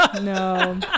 no